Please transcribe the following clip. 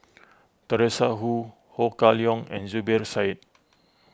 Teresa Hsu Ho Kah Leong and Zubir Said